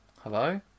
hello